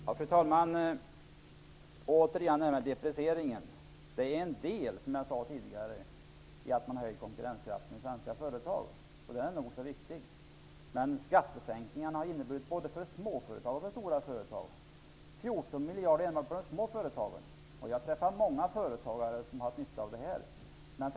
Fru talman! Jag vill återkomma till deprecieringen. Som jag tidigare sade har denna del i att konkurrenskraften för svenska företag har höjts, och det är nog så viktigt. Men skattesänkningarna har enbart för små företag inneburit 14 miljarder. Jag träffar många företagare som har haft nytta av dessa skattesänkningar.